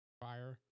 Fire